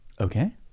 Okay